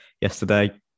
yesterday